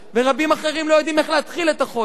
ורבים אחרים לא יודעים איך להתחיל את החודש,